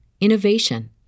innovation